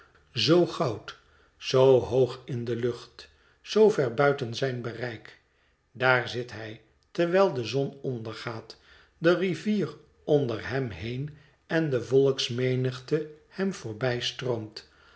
zoo goud zoo hoog in de lucht zoo ver buiten zijn bereik daar zit hij terwijl de zon ondergaat de rivier onder hem heen en de volksmenigte hem